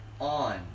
on